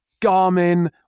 Garmin